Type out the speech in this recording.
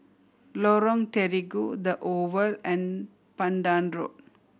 Lorong Terigu The Oval and Pandan Road